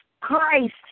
Christ